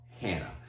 Hannah